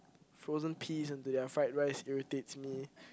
frozen peas into their fried rice irritates me